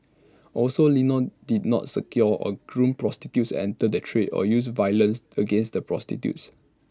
also Lino did not secure or groom prostitutes enter the trade or use violence against the prostitutes